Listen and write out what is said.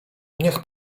niech